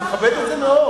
אני מכבד את זה מאוד.